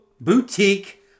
Boutique